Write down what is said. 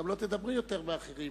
וגם לא תדברי יותר מאחרים.